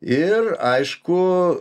ir aišku